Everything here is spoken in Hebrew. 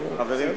כן,